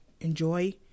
enjoy